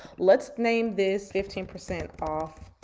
let's name this fifteen percent off